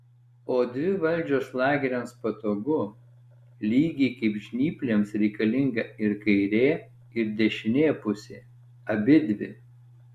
o dvi valdžios lageriams patogu lygiai kaip žnyplėms reikalinga ir kairė ir dešinė pusė abidvi